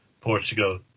Portugal